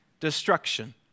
destruction